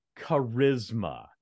charisma